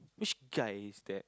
which guy is that